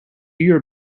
your